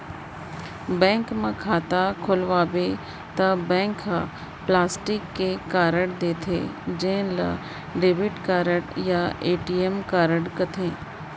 bank म खाता खोलवाबे त बैंक ह प्लास्टिक के कारड देथे जेन ल डेबिट कारड या ए.टी.एम कारड कथें